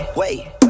wait